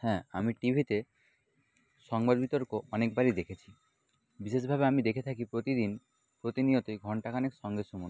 হ্যাঁ আমি টি ভিতে সংবাদ বিতর্ক অনেকবারই দেখেছি বিশেষভাবে আমি দেখে থাকি প্রতিদিন প্রতিনিয়তই ঘন্টাখানেক সঙ্গে সুমন